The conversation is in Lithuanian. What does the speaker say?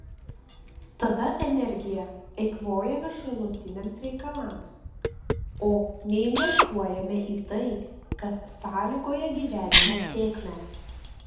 tada energiją eikvojame šalutiniams reikalams o neinvestuojame į tai kas sąlygoja gyvenimo sėkmę